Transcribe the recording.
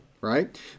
Right